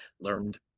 learned